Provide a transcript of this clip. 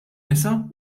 nisa